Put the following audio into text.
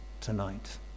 tonight